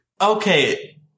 Okay